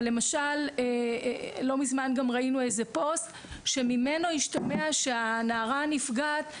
לא מזמן גם ראינו איזה פוסט שממנו השתמע שהנערה הנפגעת,